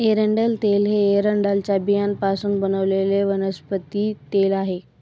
एरंडेल तेल हे एरंडेलच्या बियांपासून बनवलेले वनस्पती तेल आहे